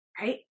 Right